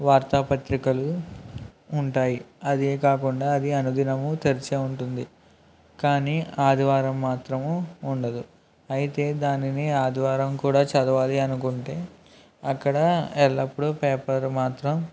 వార్తాపత్రికలు ఉంటాయి అదే కాకుండా అది అనుదినము తెరిచే ఉంటుంది కానీ ఆదివారం మాత్రము ఉండదు అయితే దానిని ఆదివారం కూడా చదువాలి అనుకుంటే అక్కడ ఎల్లప్పుడూ పేపర్ మాత్రం